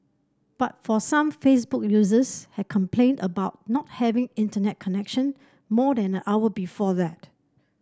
but for some Facebook users had complained about not having Internet connection more than a hour before that